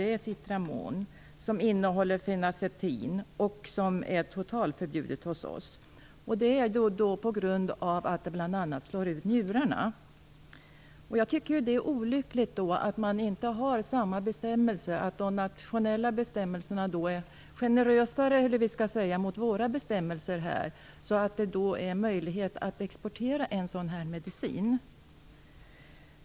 Det är Citramon, som innehåller fenacetin, vilket är totalförbjudet hos oss. Det är på grund av att det bl.a. slår ut njurarna. Det är olyckligt att man inte har samma bestämmelser, dvs. att de nationella estniska bestämmelserna är generösare än våra bestämmelser i Sverige, och att det ger möjlighet att exportera en sådan medicin.